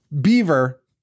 beaver